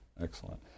Excellent